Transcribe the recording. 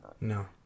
No